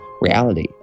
reality